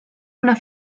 una